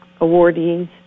awardees